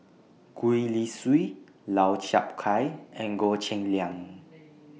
Gwee Li Sui Lau Chiap Khai and Goh Cheng Liang